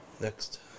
Next